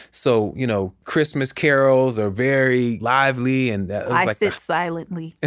so, you know, christmas carols are very lively and i sit silently. ah